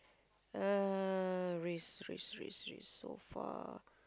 uh risk risk risk risk so far